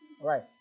Right